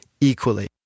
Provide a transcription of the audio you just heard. equally